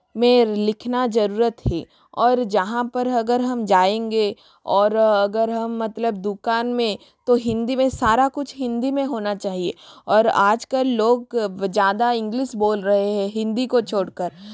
में लिखना ज़रूरी है और जहाँ पर अगर हम जाएंगे और अगर हम मतलब दुकान में तो हिंदी में सारा कुछ हिंदी में होना चाहिए और आज कल लोग ज़्यादा इंग्लिस बोल रहे हैं हिंदी को छोड़ कर